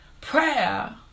prayer